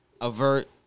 Avert